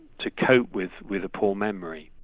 to cope with with a poor memory.